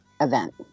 event